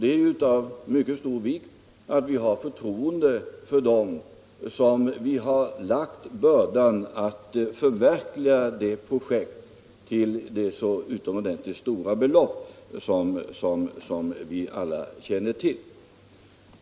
Det är av mycket stor vikt att vi har förtroende för dem som vi har lagt bördan på att förverkliga det projekt som uppgår till så stora belopp som vi alla känner till.